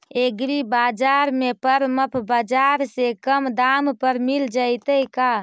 एग्रीबाजार में परमप बाजार से कम दाम पर मिल जैतै का?